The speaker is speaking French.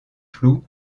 floues